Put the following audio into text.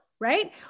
right